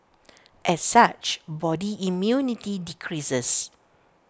as such body immunity decreases